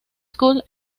school